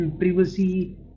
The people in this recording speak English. privacy